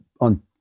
on